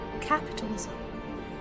Capitalism